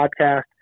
podcast